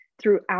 throughout